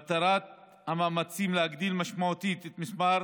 מטרות המאמצים: להגדיל משמעותית את מספר